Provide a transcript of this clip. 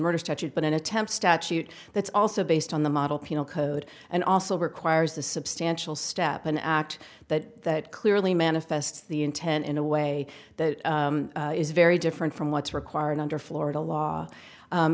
murder statute but an attempt statute that's also based on the model penal code and also requires a substantial step an act that clearly manifests the intent in a way that is very different from what's required under florida law